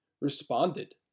responded